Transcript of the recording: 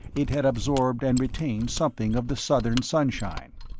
it had absorbed and retained something of the southern sunshine.